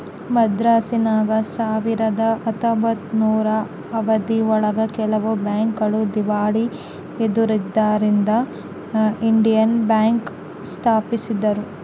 ಮದ್ರಾಸಿನಾಗ ಸಾವಿರದ ಹತ್ತೊಂಬತ್ತನೂರು ಅವಧಿ ಒಳಗ ಕೆಲವು ಬ್ಯಾಂಕ್ ಗಳು ದೀವಾಳಿ ಎದ್ದುದರಿಂದ ಇಂಡಿಯನ್ ಬ್ಯಾಂಕ್ ಸ್ಪಾಪಿಸಿದ್ರು